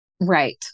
Right